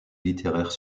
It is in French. littéraire